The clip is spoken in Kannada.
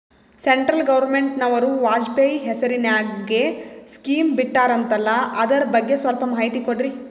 ಸೆಂಟ್ರಲ್ ಗವರ್ನಮೆಂಟನವರು ವಾಜಪೇಯಿ ಹೇಸಿರಿನಾಗ್ಯಾ ಸ್ಕಿಮ್ ಬಿಟ್ಟಾರಂತಲ್ಲ ಅದರ ಬಗ್ಗೆ ಸ್ವಲ್ಪ ಮಾಹಿತಿ ಕೊಡ್ರಿ?